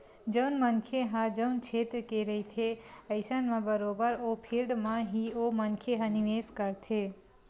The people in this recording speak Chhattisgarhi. जउन मनखे ह जउन छेत्र के रहिथे अइसन म बरोबर ओ फील्ड म ही ओ मनखे ह निवेस करथे